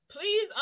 Please